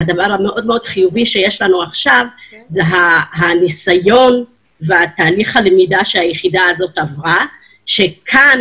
זה הניסיון ותהליך הלמידה שהיחידה הזאת עברה שכאן